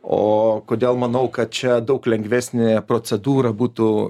o kodėl manau kad čia daug lengvesnė procedūra būtų